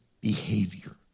behavior